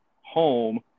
home